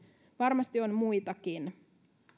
varmasti on muitakin